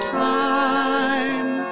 time